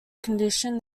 condition